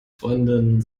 freundin